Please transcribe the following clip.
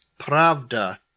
Pravda